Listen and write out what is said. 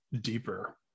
deeper